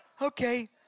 Okay